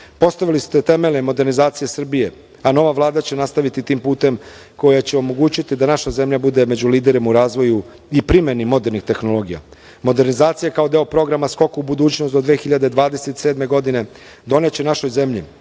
Evropi. Postavili ste temelje modernizacije Srbije, a nova Vlada će nastaviti tim putem koji će omogućiti da naša zemlja bude među liderima u razvoju i primeni modernih tehnologija. Modernizacija kao deo programa „Skok u budućnost“ do 2027. godine doneće našoj zemlji